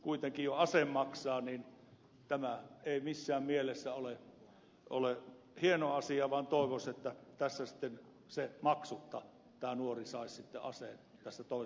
kuitenkin kun jo ase maksaa niin tämä ei missään mielessä ole hieno asia vaan toivoisi että sitten maksutta nuori saisi aseen tässä toisessa vaiheessa käyttöön